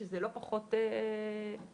שזה לא פחות בעייתי,